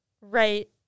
right